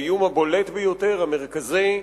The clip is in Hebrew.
האיום הבולט ביותר, המרכזי,